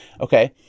Okay